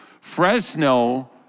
Fresno